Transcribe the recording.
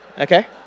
okay